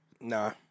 Nah